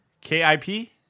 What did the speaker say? K-I-P